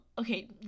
okay